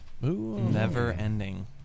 never-ending